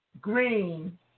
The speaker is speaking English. Green